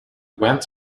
went